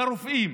לרופאים